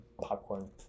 popcorn